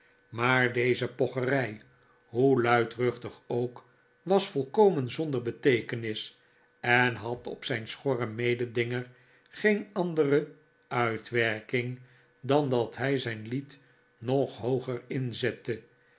maar deze pocherij hoe luidruchtig ook was volkomen zonder beteekenis en had op zijn schorren mededinger geen andere uitwerking dan dat hij zijn lied nog hooger inzette